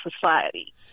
society